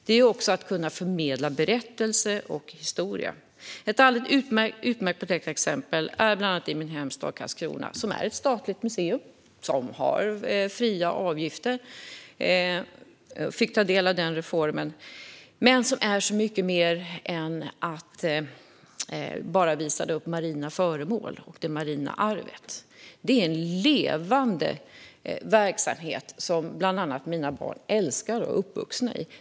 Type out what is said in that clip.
Det innebär också att kunna förmedla berättelser och historia. Ett alldeles utmärkt exempel är Marinmuseum i min hemstad Karlskrona. Det är ett statligt museum som har fri entré, det vill säga fick ta del av den reformen, men som gör så mycket mer än att bara visa upp marina föremål och det marina arvet. Det är en levande verksamhet, som bland annat mina barn älskar och är uppvuxna i.